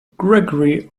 gregory